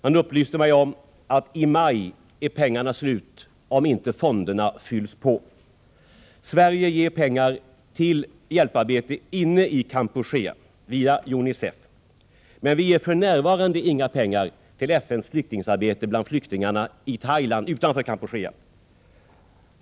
Man upplyste mig om att pengarna tar slut i maj, om inte fonderna fylls på. Sverige ger pengar till hjälparbete inne i Kampuchea via UNICEF. Men vi ger för närvarande inga pengar till FN:s flyktingarbete bland flyktingarna i Thailand utanför Kampuchea.